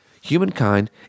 Humankind